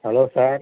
hello sir